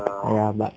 !aiya! but